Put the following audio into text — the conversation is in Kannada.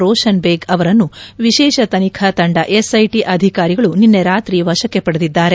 ರೋಷನ್ ಬೇಗ್ ಅವರನ್ನು ವಿಶೇಷ ತನಿಖಾ ತಂಡ ಎಸ್ ಐಟಿ ಅಧಿಕಾರಿಗಳು ನಿನ್ನೆ ರಾತ್ರಿ ವಶಕ್ಕೆ ಪಡೆದಿದ್ದಾರೆ